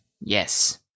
Yes